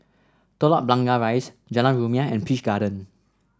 Telok Blangah Rise Jalan Rumia and Peach Garden